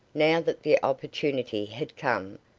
now that the opportunity had come,